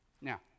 Now